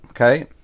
Okay